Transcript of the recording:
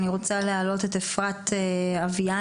אני רוצה להעלות את אפרת אביאני.